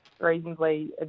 reasonably